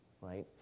right